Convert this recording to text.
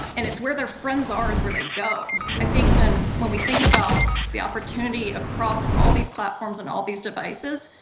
and it's where their friends are is where they go. i think when when we think about the opportunity across all these platforms and all these devices,